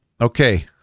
Okay